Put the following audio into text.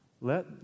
Let